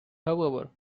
however